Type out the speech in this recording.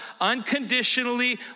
unconditionally